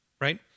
right